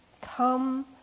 come